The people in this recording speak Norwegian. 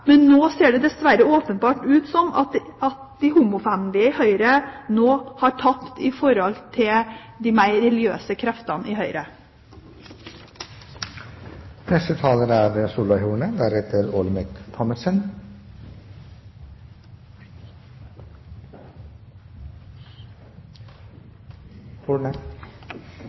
men nå ser det dessverre åpenbart ut som om de homovennlige i Høyre har tapt i forhold til de mer religiøse kreftene der. Det er spesielt endringer i